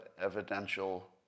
evidential